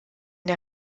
der